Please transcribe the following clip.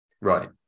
Right